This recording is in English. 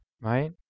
right